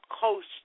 Coast